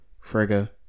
Frigga